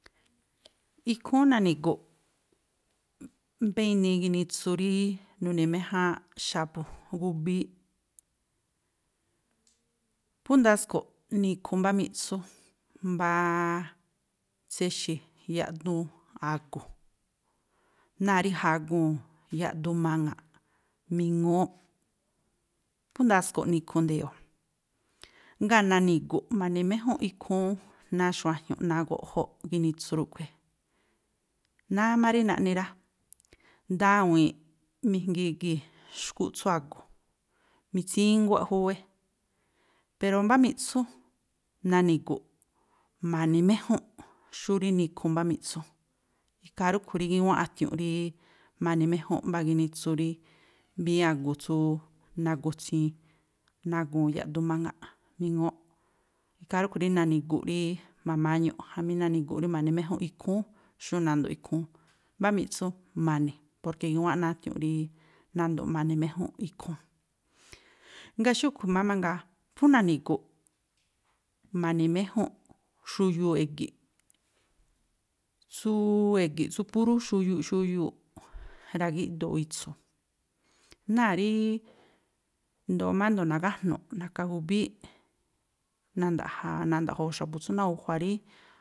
Ikhúún nani̱gu̱ꞌ mbá inii ginitsu rí nuni̱méjáánꞌ xa̱bu̱ gubííꞌ. Phú ndasko̱ꞌ nikhu mbá miꞌtsú mbááá tséxi̱ yaꞌduun a̱gu̱, náa̱ rí jagu̱u̱ yaꞌduun maŋa̱ꞌ miŋúúꞌ, phú ndasꞌko̱ꞌ nikhu nde̱yo̱o̱. Ngáa̱ nani̱gu̱ꞌ ma̱ni̱méjúnꞌ ikhúún, náa̱ xuajñu̱ꞌ, náa̱ goꞌjóꞌ ginitsu rúꞌkhui̱. Náá má rí naꞌni rá, ndawi̱inꞌ mijngii gii̱ xkúꞌ tsú a̱gu̱, mitsínguáꞌ júwé, pero mbá miꞌtsú nani̱gu̱ꞌ ma̱ni̱méjúnꞌ xú rí nikhu mbá miꞌtsú. Ikhaa rúꞌkhui̱ rí gíwánꞌ a̱tiu̱nꞌ rííí ma̱ni̱méjúnꞌ mbá ginitsu rí, mbíí a̱gu̱ tsú nagu̱tsi̱in, nagu̱u̱ yaꞌduun maŋa̱ꞌ miŋúúꞌ. Ikhaa rúꞌkhui̱ rí nani̱gu̱ꞌ rí ma̱ma̱ñuꞌ, jamí nani̱gu̱ꞌ rí ma̱ni̱méjúnꞌ ikhúún, xú nando̱ꞌ ikhúún. Mbá miꞌtsú ma̱ni̱, porke gíwánꞌ náa̱ a̱tiu̱nꞌ rí nando̱ꞌ ma̱ni̱méjúnꞌ ikhúún. ngáa̱ xúꞌkhui̱ má mangaa, phú nani̱gu̱ꞌ ma̱ni̱méjúnꞌ xuyuuꞌ e̱gi̱ꞌ, tsúúú e̱gi̱ꞌ tsú púrú xuyuuꞌ, xuyuuꞌ, ra̱gíꞌdoo̱ itsu̱u̱, náa̱ rííí, i̱ndóó má riándo̱ nagájnu̱ꞌ naka gubííꞌ na̱nda̱ꞌja̱a̱, na̱nda̱ꞌjo̱o̱ xa̱bu̱ tsú nagu̱jua̱ rí.